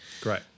Great